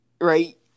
right